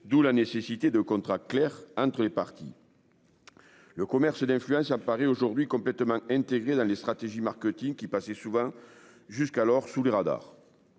D'où la nécessité de contrat clair entre les parties. Le commerce d'influence à Paris aujourd'hui complètement intégré dans les stratégies marketing qui passait souvent jusqu'alors sous les radars.